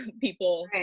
people